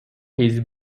his